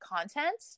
content